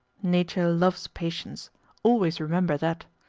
nature loves patience always remember that.